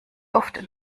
oft